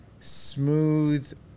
smooth